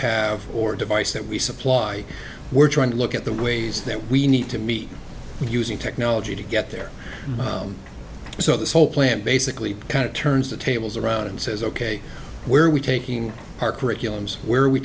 have or a device that we supply we're trying to look at the ways that we need to meet using technology to get there so this whole plant basically it turns the tables around and says ok where are we taking our curriculums where